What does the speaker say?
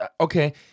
Okay